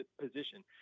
position